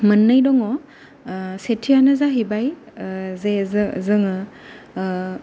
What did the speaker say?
मोननै दङ सेथियानो जाहैबाय जे जोङो